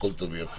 הכול טוב ויפה,